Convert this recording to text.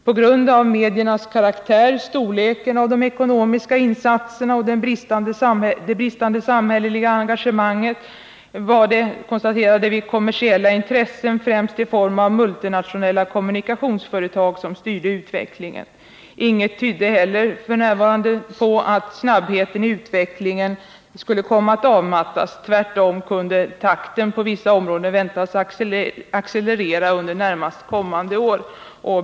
På grund av mediernas karaktär, storleken av de ekonomiska insatserna och det bristande samhälleliga engagemanget är det kommersiella intressen främst i form av multinationella kommunikationsföretag som styr utvecklingen. Inget tyder för närvarande på att snabbheten i utvecklingen av kommunikationsmedierna kommer att avmattas, tvärtom kan utvecklingstakten på vissa områden väntas accelerera under närmast kommande år.